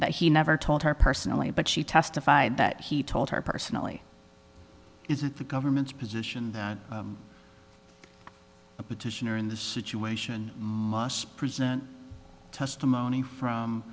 but he never told her personally but she testified that he told her personally is it the government's position that the petitioner in this situation must present testimony from